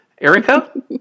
Erica